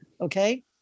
Okay